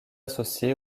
associé